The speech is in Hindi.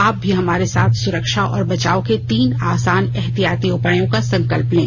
आप भी हमारे साथ सुरक्षा और बचाव के तीन आसान एहतियाती उपायों का संकल्प लें